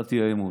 הצעת האי-אמון.